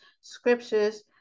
scriptures